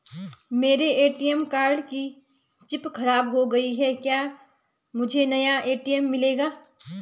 मेरे ATM card की chip खराब हो गयी है क्या मुझे नया ए.टी.एम मिलेगा?